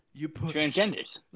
transgenders